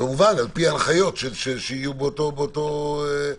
כמובן על פי ההנחיות שיהיו באותו זמן.